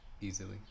easily